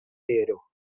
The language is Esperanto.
fero